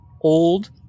old